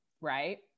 right